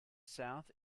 south